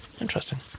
Interesting